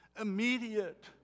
immediate